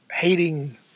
Hating